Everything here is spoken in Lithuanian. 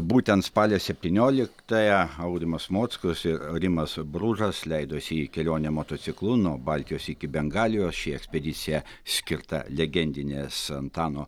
būtent spalio septynioliktąją aurimas mockus ir rimas bružas leidosi į kelionę motociklu nuo baltijos iki bengalijos ši ekspedicija skirta legendinės antano